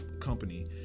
company